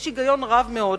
יש בזה היגיון רב מאוד.